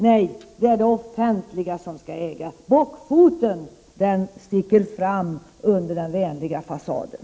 Nej, det offentliga skall äga. Bockfoten sticker fram under den vänliga fasaden!